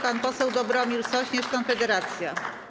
Pan poseł Dobromir Sośnierz, Konfederacja.